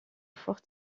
fort